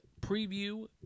preview